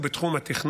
תקופות